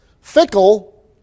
fickle